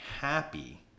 happy